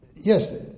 yes